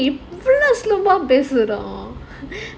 slow ah